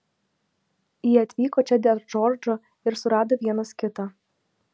jie atvyko čia dėl džordžo ir surado vienas kitą